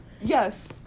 Yes